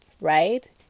right